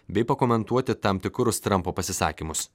bei pakomentuoti tam tikrus trampo pasisakymus